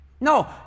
No